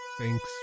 Thanks